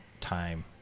time